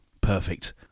Perfect